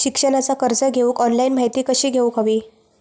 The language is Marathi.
शिक्षणाचा कर्ज घेऊक ऑनलाइन माहिती कशी घेऊक हवी?